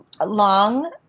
long